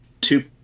two